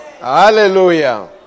Hallelujah